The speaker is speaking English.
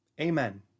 Amen